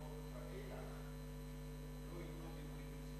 החוק ואילך לא יהיו עוד ידועים בציבור.